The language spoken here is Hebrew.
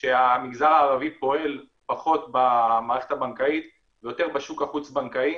שהמגזר הערבי פועל פחות במערכת הבנקאית ויותר בשוק החוץ בנקאי